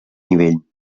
nivell